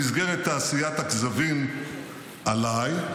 אז במסגרת תעשיית הכזבים עליי,